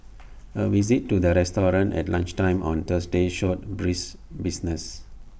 A visit to the restaurant at lunchtime on Thursday showed brisk business